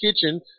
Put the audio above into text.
kitchen